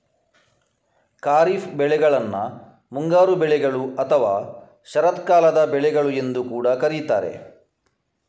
ಖಾರಿಫ್ ಬೆಳೆಗಳನ್ನ ಮುಂಗಾರು ಬೆಳೆಗಳು ಅಥವಾ ಶರತ್ಕಾಲದ ಬೆಳೆಗಳು ಎಂದು ಕೂಡಾ ಕರೀತಾರೆ